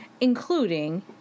including